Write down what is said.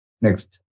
Next